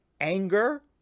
anger